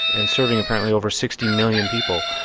and serving apparently over sixty million people.